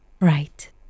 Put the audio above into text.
Right